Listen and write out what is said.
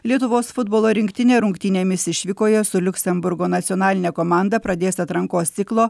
lietuvos futbolo rinktinė rungtynėmis išvykoje su liuksemburgo nacionaline komanda pradės atrankos ciklo